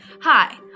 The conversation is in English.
Hi